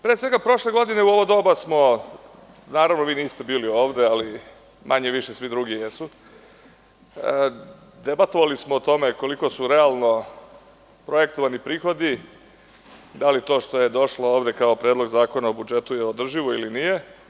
Prošle godine u ovo doba smo, naravno, vi niste bili ovde, ali manje-više svi drugi jesu, debatovali smo o tome koliko su realno projektovani prihodi, da li je to što je došlo ovde kao Predlog zakona o budžetu održivo ili nije.